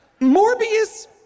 Morbius